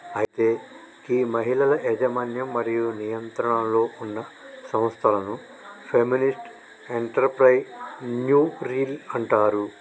అయితే గీ మహిళల యజమన్యం మరియు నియంత్రణలో ఉన్న సంస్థలను ఫెమినిస్ట్ ఎంటర్ప్రెన్యూరిల్ అంటారు